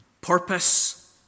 purpose